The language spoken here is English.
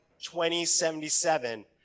2077